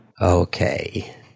Okay